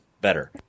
better